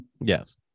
Yes